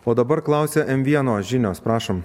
o dabar klausia m vieno žinios prašom